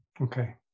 Okay